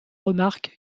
remarque